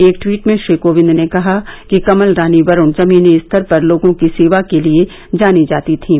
एक टवीट में श्री कोविंद ने कहा कि कमल रानी वरूण जमीनी स्तर पर लोगों की सेवा के लिए जानी जाती थीं